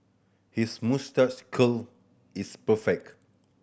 his moustache curl is perfect